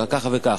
כך וכך.